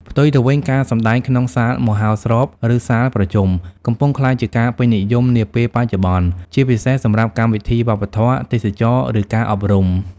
ផ្ទុយទៅវិញ ការសម្តែងក្នុងសាលមហោស្រព ឬសាលប្រជុំ កំពុងក្លាយជាការពេញនិយមនាពេលបច្ចុប្បន្ន ជាពិសេសសម្រាប់កម្មវិធីវប្បធម៌ ទេសចរណ៍ ឬការអប់រំ។